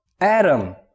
Adam